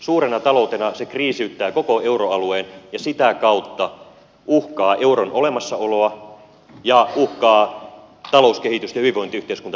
suurena taloutena se kriisiyttää koko euroalueen ja sitä kautta uhkaa euron olemassaoloa ja talouskehitystä ja hyvinvointiyhteiskuntaa suomessa